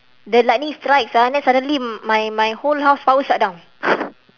the lightning strikes ah then suddenly my my whole house power shut down